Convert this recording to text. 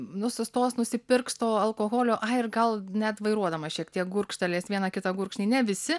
nu sustos nusipirks alkoholio a ir gal net vairuodamas šiek tiek gurkštelės vieną kitą gurkšnį ne visi